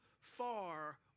far